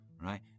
right